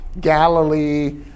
Galilee